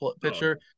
pitcher